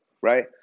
right